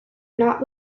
not